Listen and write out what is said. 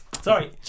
Sorry